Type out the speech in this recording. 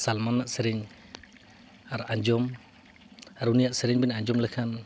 ᱥᱟᱞᱢᱟᱱᱟᱜ ᱥᱮᱨᱮᱧ ᱟᱨ ᱟᱸᱡᱚᱢ ᱟᱨ ᱩᱱᱤᱭᱟᱜ ᱥᱮᱨᱮᱧ ᱵᱮᱱ ᱟᱸᱡᱚᱢ ᱞᱮᱠᱷᱟᱱ